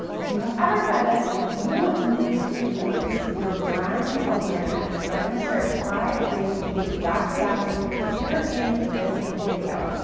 if you have ever said this, you need to increase your band awareness, and i'm gonna share five ways you can do exactly that here in this video.